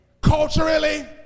culturally